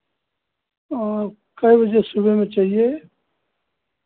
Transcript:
और कै बजे सुबह में चाहिए